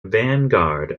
vanguard